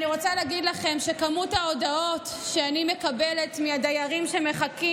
אני רוצה להגיד לכם שכמות ההודעות שאני מקבלת מהדיירים שמחכים